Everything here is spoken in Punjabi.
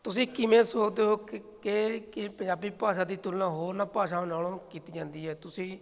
ਤੁਸੀਂ ਕਿਵੇਂ ਸੋਚਦੇ ਹੋ ਕਿ ਕੇ ਕਿ ਪੰਜਾਬੀ ਭਾਸ਼ਾ ਦੀ ਤੁਲਨਾ ਹੋਰਨਾ ਭਾਸ਼ਾ ਨਾਲੋਂ ਕੀਤੀ ਜਾਂਦੀ ਹੈ ਤੁਸੀਂ